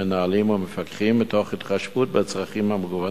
מנהלים ומפקחים ומתוך התחשבות בצרכים המגוונים.